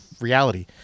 reality